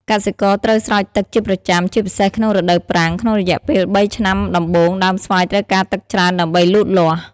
កសិករត្រូវស្រោចទឹកជាប្រចាំ ជាពិសេសក្នុងរដូវប្រាំង ក្នុងរយៈពេល ៣ ឆ្នាំដំបូង ដើមស្វាយត្រូវការទឹកច្រើនដើម្បីលូតលាស់។